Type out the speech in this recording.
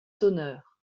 sonneurs